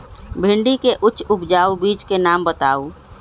भिंडी के उच्च उपजाऊ बीज के नाम बताऊ?